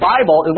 Bible